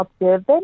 observe